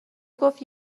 گفت